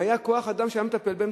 אם היה כוח-אדם שהיה מטפל בהם,